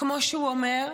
כמו שהוא אומר,